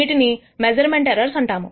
వీటిని measurement errors అంటాము